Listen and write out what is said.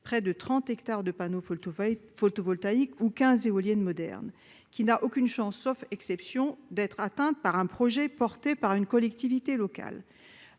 près de 30 hectares de panneaux photovoltaïques ou 15 éoliennes modernes - qui n'a aucune chance, sauf exception, d'être atteinte par un projet porté par une collectivité locale.